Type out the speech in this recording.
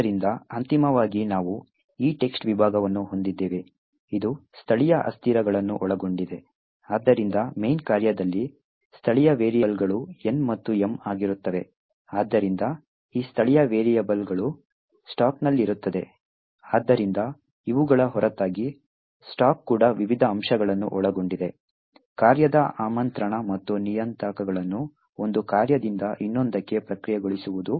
ಆದ್ದರಿಂದ ಅಂತಿಮವಾಗಿ ನಾವು ಈ text ವಿಭಾಗವನ್ನು ಹೊಂದಿದ್ದೇವೆ ಇದು ಸ್ಥಳೀಯ ಅಸ್ಥಿರಗಳನ್ನು ಒಳಗೊಂಡಿದೆ ಆದ್ದರಿಂದ main ಕಾರ್ಯದಲ್ಲಿ ಸ್ಥಳೀಯ ವೇರಿಯೇಬಲ್ಗಳು N ಮತ್ತು M ಆಗಿರುತ್ತವೆ ಆದ್ದರಿಂದ ಈ ಸ್ಥಳೀಯ ವೇರಿಯೇಬಲ್ಗಳು ಸ್ಟಾಕ್ನಲ್ಲಿರುತ್ತವೆ ಆದ್ದರಿಂದ ಇವುಗಳ ಹೊರತಾಗಿ ಸ್ಟಾಕ್ ಕೂಡ ವಿವಿಧ ಅಂಶಗಳನ್ನು ಒಳಗೊಂಡಿದೆ ಕಾರ್ಯದ ಆಮಂತ್ರಣ ಮತ್ತು ನಿಯತಾಂಕಗಳನ್ನು ಒಂದು ಕಾರ್ಯದಿಂದ ಇನ್ನೊಂದಕ್ಕೆ ಪ್ರಕ್ರಿಯೆಗೊಳಿಸುವುದು